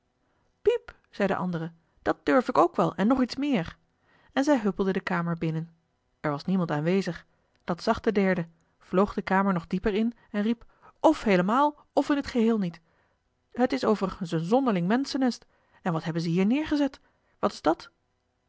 piep zei de andere dat durf ik ook wel en nog iets meer en zij huppelde de kamer binnen er was niemand aanwezig dat zag de derde vloog de kamer nog dieper in en riep of heelemaal of in t geheel niet het is overigens een zonderling menschennest en wat hebben ze hier neergezet wat is dat